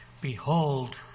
Behold